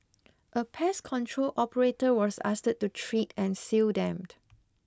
a pest control operator was asked to treat and seal them